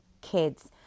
kids